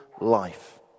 life